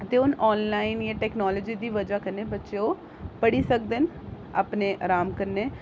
ते हून आनलाइन जां टैक्नोलोजी दी बजह् कन्नै बच्चे ओह् पढ़ी सकदे न अपने अराम कन्नै